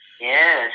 yes